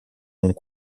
mont